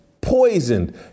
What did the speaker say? poisoned